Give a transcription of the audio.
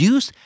Use